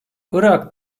irak